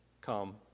come